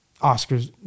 Oscars